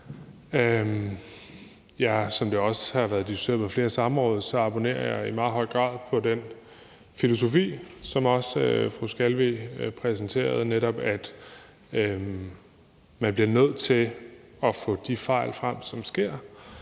Som det også har været diskuteret på flere samråd, abonnerer jeg i meget høj grad på den filosofi, som også fru Sandra Elisabeth Skalvig præsenterede, nemlig at man bliver nødt til at få de fejl frem, som sker,